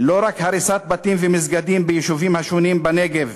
לא רק הריסת בתים ומסגדים ביישובים השונים בנגב,